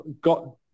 got